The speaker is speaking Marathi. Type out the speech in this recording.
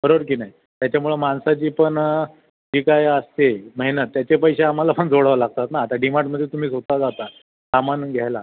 बरोबर की नाही त्याच्यामुळं माणसाची पण जी काय असते मेहनत त्याचे पैसे आम्हाला पण जोडावं लागतात ना आता डी मार्टमध्ये तुम्ही स्वत जाता सामान घ्यायला